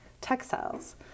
textiles